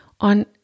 on